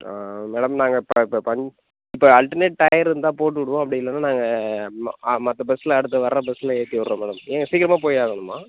ஆ madam நாங்கள் இப்போ இப்போ பஞ் இப்போ அல்டர்நேட் டையர் இருந்தால் போட்டு விடுவோம் அப்படி இல்லைனா நாங்கள் ம மற்ற பஸ்ஸில் அடுத்து வர்ற பஸ்ஸில் ஏற்றி விட்றோம் மேடம் நீங்கள் சிக்கிரமாக போய் ஆகணுமா